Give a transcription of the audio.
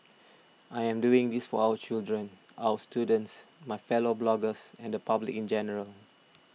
I am doing this for our children our students my fellow bloggers and the public in general